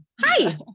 Hi